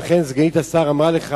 אכן, סגנית השר אמרה לך